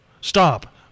stop